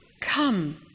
Come